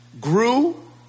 grew